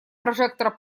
прожектора